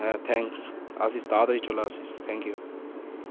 হ্যাঁ থ্যাংকস আসিস তাড়াতাড়ি চলেো আসিস থ্যাংক ইউ